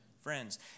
Friends